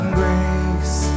grace